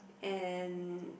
and